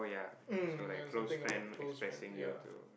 mm ya something about close friends ya